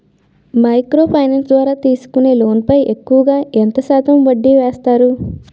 Micro finance ద్వారా తీసుకునే loan పై ఎక్కువుగా ఎంత శాతం వడ్డీ వేస్తారు?